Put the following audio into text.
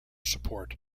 support